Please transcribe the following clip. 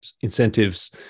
incentives